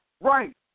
right